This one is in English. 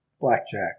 Blackjack